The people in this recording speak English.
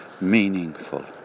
meaningful